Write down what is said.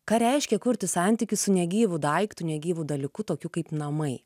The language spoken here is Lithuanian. ką reiškia kurti santykius su negyvu daiktu negyvu dalyku tokiu kaip namai